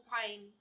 pain